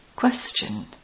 Question